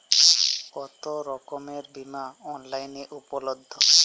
কতোরকমের বিমা অনলাইনে উপলব্ধ?